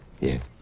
Yes